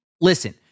Listen